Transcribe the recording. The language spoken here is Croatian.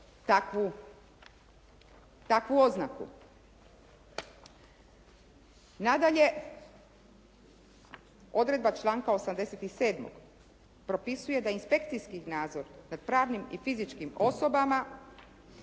takvu oznaku. Nadalje, odredba članka 87. propisuje da inspekcijski nadzor nad pravnim i fizičkim osobama